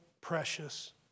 precious